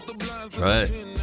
right